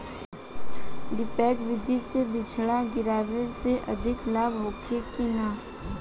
डेपोक विधि से बिचड़ा गिरावे से अधिक लाभ होखे की न?